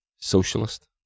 socialist